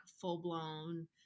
full-blown